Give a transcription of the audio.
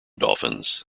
dolphins